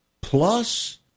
plus